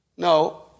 No